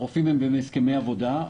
הרופאים הם בהסכמי עבודה.